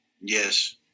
Yes